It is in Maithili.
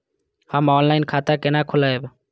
हम ऑनलाइन खाता केना खोलैब?